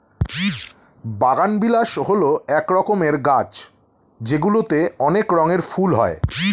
বাগানবিলাস হল এক রকমের গাছ যেগুলিতে অনেক রঙের ফুল হয়